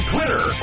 Twitter